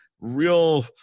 real